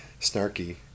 snarky